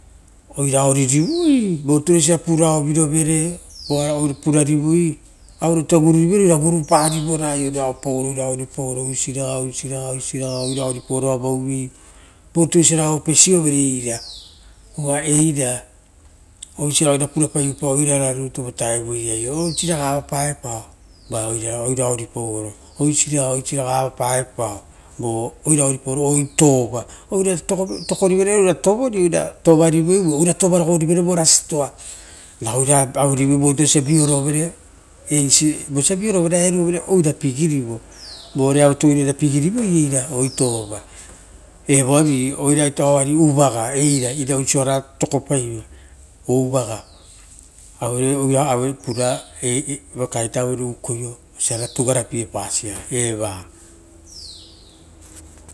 Oira ovirivoi voruture tuesia osia oira oriri voi, auero ita kururivere, oira oiripaoro, oripa oro oisiraga, oisiraga voruture osia opesio vere eira, uva eira osa purapaive oirara nitu votaevu o. O siraga avapavoi vai oira oripaoro. Oisiraga avapaepao aueia oira oripaoro ora itoova, viasio tokorivere, oira tovarogorivere vo rasitoa ra oira awerivere vorutu osa vioru vere eisi vosia vioro vere ra oira pigirivo, vore autuaro oira pigirivoi era itoova, evo avi oira ita eira uraga iria oisora tokopaivora ouva ga avere oira ukoio ora tugara piepasia eva.